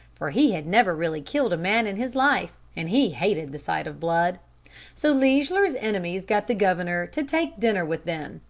for he had never really killed a man in his life, and he hated the sight of blood so leisler's enemies got the governor to take dinner with them,